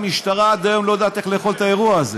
המשטרה עד היום לא יודעת איך לאכול את האירוע הזה.